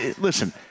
listen